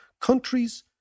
countries